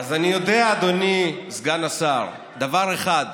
אז אני יודע, אדוני סגן השר, דבר אחד,